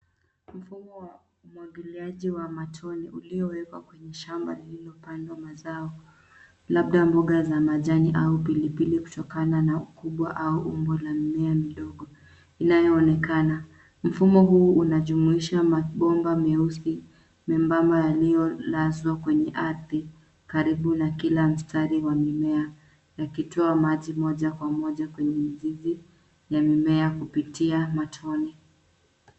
Mfumo wa umwagiliaji wa matone uliowekwa kwenye shamba lililopandwa mazao, labda mboga za majani au pilipili kutokana na ukubwa au umbo la mimea midogo inayoonekana. Mfumo huu unajumuisha mabomba meusi na membamba yaliyolazwa kwenye ardhi karibu na kila mstari wa mimea, yakitoa maji moja kwa moja kwenye mizizi ya mimea kupitia matone.